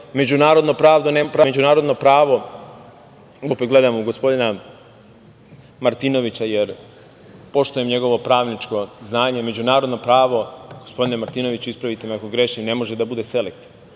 Međunarodna pravo, opet gledam u gospodina Martinovića, jer poštujem njegovo pravničko znanje, Međunarodno pravo, gospodine Martinoviću ispravite me ako grešim, ne može da bude selektivno